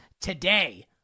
today